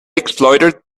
exploited